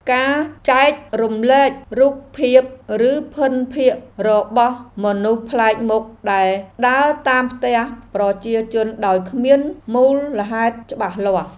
ចែករំលែករូបភាពឬភិនភាគរបស់មនុស្សប្លែកមុខដែលដើរតាមផ្ទះប្រជាជនដោយគ្មានមូលហេតុច្បាស់លាស់។